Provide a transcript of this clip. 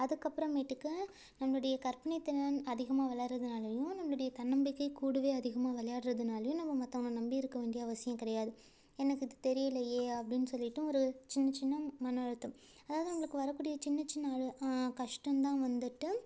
அதுக்கப்புறமேட்டுக்கு நம்மளுடைய கற்பனைத் திறன் அதிகமாக வளரதனாலையும் நம்மளுடைய தன்னம்பிக்கை கூடவே அதிகமாக விளையாட்றதுனாலையும் நம்ம மத்தவங்க நம்பி இருக்க வேண்டிய அவசியம் கிடையாது எனக்கு து தெரியலையே அப்படின்னு சொல்லிட்டும் ஒரு சின்ன சின்ன மனஅழுத்தம் அதாவது நம்மளுக்கு வரக்கூடிய சின்ன சின்ன அழு கஷ்டந்தான் வந்துட்டு